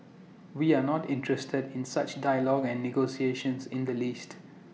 we are not interested in such dialogue and negotiations in the least